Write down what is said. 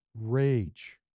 rage